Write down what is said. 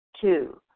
Two